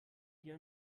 hier